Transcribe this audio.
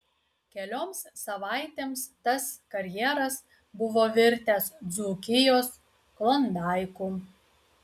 kelioms savaitėms tas karjeras buvo virtęs dzūkijos klondaiku